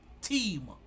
team